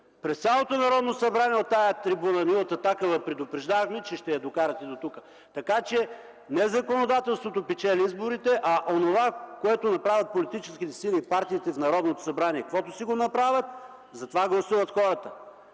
през цялото Народното събрание, от тази трибуна, ние от „Атака” ви предупреждавахме, че ще я докарате дотук. Така че не законодателството печели изборите, а онова, което направят политическите сили, партиите в Народното събрание. Каквото си го направят, за това гласуват хората.